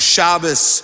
Shabbos